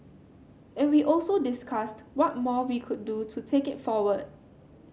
and we also discussed what more we could do to take it forward